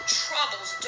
troubles